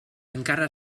encara